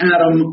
Adam